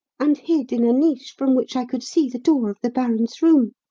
and hid in a niche from which i could see the door of the baron's room.